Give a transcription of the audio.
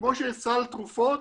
שכמו שיש סל תרופות,